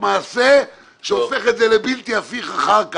מעשה שהופך את זה לבלתי הפיך אחר כך.